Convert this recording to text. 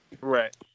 Right